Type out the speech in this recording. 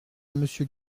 monsieur